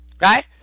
Right